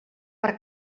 per